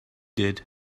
did